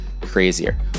crazier